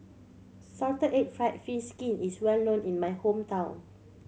salted egg fried fish skin is well known in my hometown